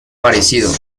parecido